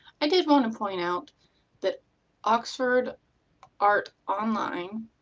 i did want to point out that oxford art online,